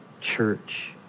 Church